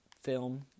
film